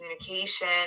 communication